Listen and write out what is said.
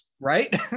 right